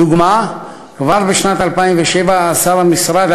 דוגמה: כבר בשנת 2007 אסר המשרד את